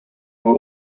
were